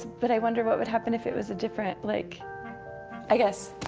but i wonder what would happen if it was a different like i guess,